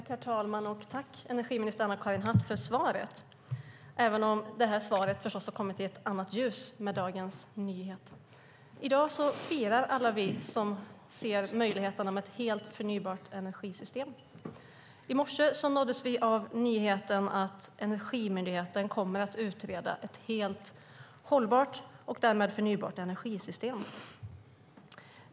Herr talman! Jag tackar energiminister Anna-Karin Hatt för svaret, även om svaret förstås har kommit i ett annat ljus i och med dagens nyhet. I dag firar alla vi som ser möjligheten till ett helt förnybart energisystem. I morse nåddes vi av nyheten att Energimyndigheten kommer att utreda ett helt hållbart och därmed förnybart energisystem.